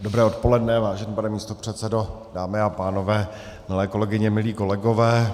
Dobré odpoledne, vážený pane místopředsedo, dámy a pánové, milé kolegyně, milí kolegové.